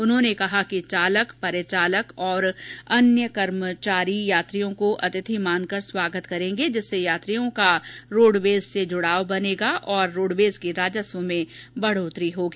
उन्होंने कहा कि चालक परिचालक तथा अन्य कर्मचारी यात्रियों को अतिथि मानकर स्वागत करेंगे जिससे यात्रियों का रोडवेज से जुड़ाव बनेगा और रोडवेज के राजस्व में बढ़ोतरी होगी